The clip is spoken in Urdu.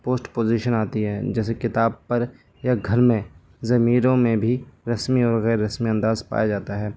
پوسٹ پوزیشن آتی ہے جیسے کتاب پر یا گھر میں ضمیروں میں بھی رسمی اور و غیر رسمی انداز پایا جاتا ہے